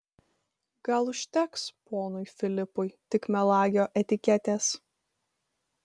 gal užteks ponui filipui tik melagio etiketės